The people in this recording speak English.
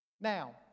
Now